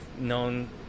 known